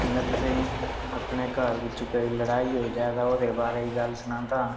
में तुसेंगी अपने घर बिच लड़ाई होई जा ओह्दे बारै च गल्ल सनांदा